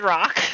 Rock